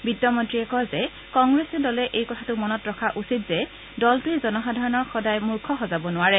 বিত্ত মন্ত্ৰীয়ে কয় যে কংগ্ৰেছ দলে এই কথাটো মনত ৰখাটো উচিত যে দলটোৱে জনসাধাৰণক সদায় মুৰ্খ সজাব নোৱাৰে